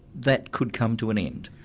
that could come to an end.